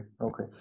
okay